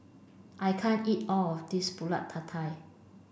I can't eat all of this pulut tatal